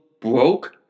Broke